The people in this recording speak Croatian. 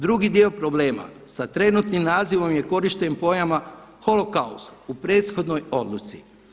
Drugi dio problema sa trenutnim nazivom je korišten pojam „holokaust“ u prethodnoj odluci.